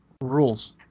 rules